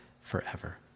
forever